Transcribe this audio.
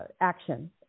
action